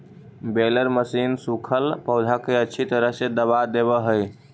baler machine सूखल पौधा के अच्छी तरह से दबा देवऽ हई